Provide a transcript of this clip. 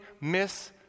miss